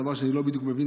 דבר שאני לא בדיוק מבין,